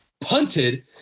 punted